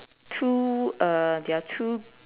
two uh there are two